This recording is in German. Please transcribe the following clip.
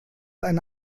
eine